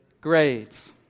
Grades